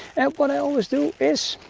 and what i always do is.